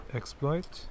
exploit